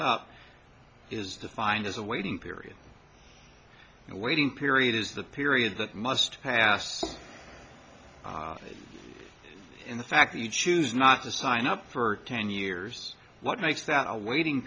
up is defined as a waiting period the waiting period is the period that must pass in the fact that he choose not to sign up for ten years what makes that a waiting